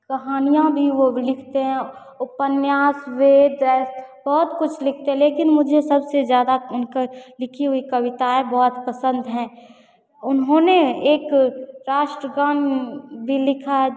कहानियाँ भी वह लिखते हैं उपन्यास वेद बहुत कुछ लिखते हैं लेकिन मुझे सबसे ज़्यादा उनकी लिखी हुई कविताएँ बहुत पसन्द हैं उन्होंने एक राष्ट्रगान भी लिखा है